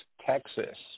Texas